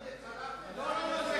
הרשימה.